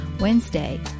Wednesday